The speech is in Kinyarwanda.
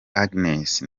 agnes